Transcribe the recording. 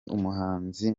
umuhanzi